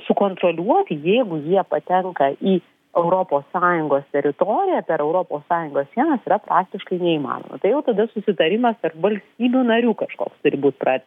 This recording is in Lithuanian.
sukontroliuoti jeigu jie patenka į europos sąjungos teritoriją per europos sąjungos sienas yra praktiškai neįmanoma tai jau tada susitarimas tarp valstybių narių kažkoks turi būt pra